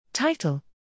Title